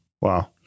Wow